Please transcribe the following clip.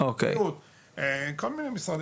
ממשרד הבריאות וכל מיני משרדים.